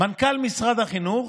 למנכ"ל משרד החינוך,